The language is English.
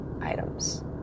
items